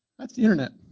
that's the internet.